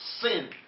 sin